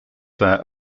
their